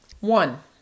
One